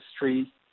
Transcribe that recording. History